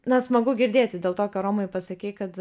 na smagu girdėti dėl to ką romai pasakei kad